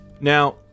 now